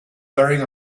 wearing